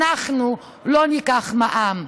אנחנו לא ניקח מע"מ.